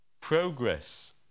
progress